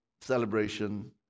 celebration